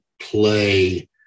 play